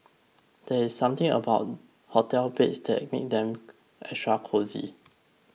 there is something about hotel beds that makes them extra cosy